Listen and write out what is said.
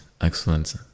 excellent